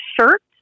shirt